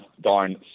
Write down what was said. darn